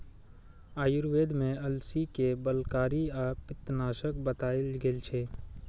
आयुर्वेद मे अलसी कें बलकारी आ पित्तनाशक बताएल गेल छै